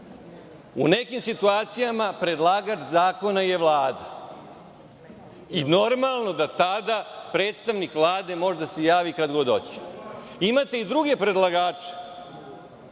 U nekim situacijama predlagač zakona je Vlada i normalno da tada predstavnik Vlade može da se javi kad god hoće. Imate i druge predlagače,